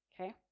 okay